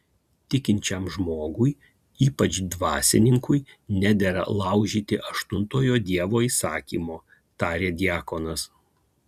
tikinčiam žmogui ypač dvasininkui nedera laužyti aštuntojo dievo įsakymo tarė diakonas